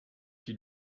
qui